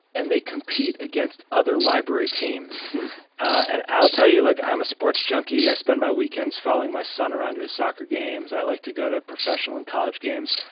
and they compete against other library teams and i'll tell you, like i'm a sports junkie. i spend my weekends following my son around to his soccer games i like to go to professional and college games.